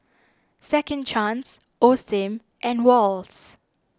Second Chance Osim and Wall's